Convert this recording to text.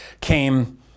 came